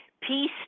Peace